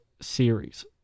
series